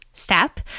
step